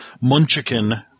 Munchkin